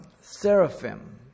seraphim